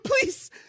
Please